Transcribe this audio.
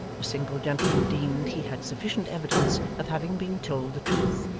the single gentleman deemed he had sufficient evidence of having been told the truth,